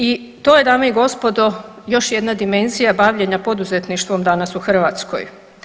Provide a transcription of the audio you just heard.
I to je dame i gospodo još jedna dimenzija bavljenja poduzetništvom danas u Hrvatskoj.